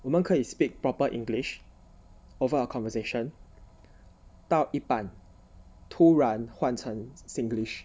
我们可以 speak proper english over a conversation 到一半突然换成 singlish